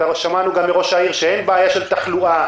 שמענו גם מראש העיר שאין בעיה של תחלואה.